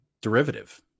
derivative